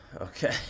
Okay